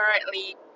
currently